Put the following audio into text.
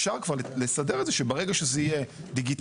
אפשר כבר לסדר את זה שברגע שזה יהיה דיגיטלי,